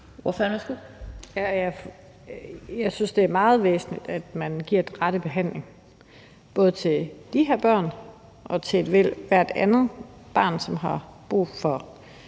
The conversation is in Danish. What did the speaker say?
Jeg synes, det er meget væsentligt, at man giver den rette behandling, både til de her børn og til ethvert andet barn, som har brug for